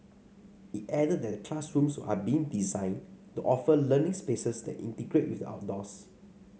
it added that classrooms are being designed to offer learning spaces that integrate with the outdoors